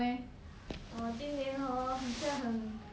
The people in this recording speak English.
oh 今年 hor 很像很